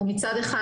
מצד אחד,